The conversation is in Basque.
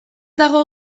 dago